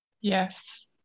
yes